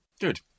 Good